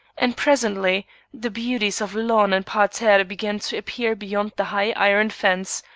and presently the beauties of lawn and parterre began to appear beyond the high iron fence,